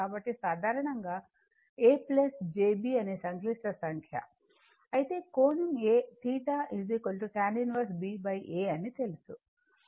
కాబట్టి సాధారణంగా a j b అనేది సంక్లిష్ట సంఖ్య అయితే కోణం tan 1 ba అని తెలుసు